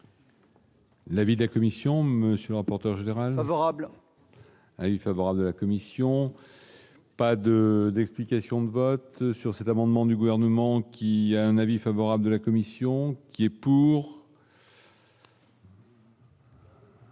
L'avis de la Commission, monsieur le rapporteur général favorable. Oui favorable de la commission, pas de d'explications de vote sur cet amendement du gouvernement qui a un avis favorable de la commission qui est pour.